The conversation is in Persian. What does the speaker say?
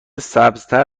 سبزتر